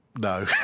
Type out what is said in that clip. No